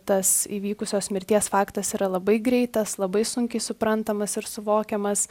tas įvykusios mirties faktas yra labai greitas labai sunkiai suprantamas ir suvokiamas